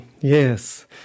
Yes